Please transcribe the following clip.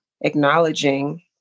acknowledging